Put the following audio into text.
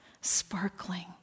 sparkling